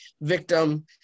victim